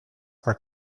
are